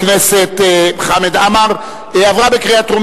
מאסר מינימום למי שהפקיר אדם שנפגע בתאונה),